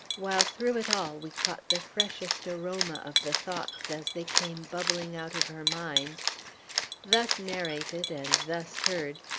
while through it all we caught the freshest aroma of the thoughts, as they came bubbling out of her mind thus narrated, and thus heard,